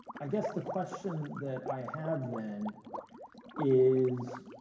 i guess the question that i have then is,